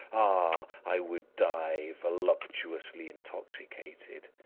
ah, i would die, voluptuously intoxicated.